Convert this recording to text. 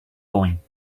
going